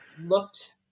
looked